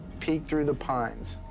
peek through the pines.